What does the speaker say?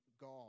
God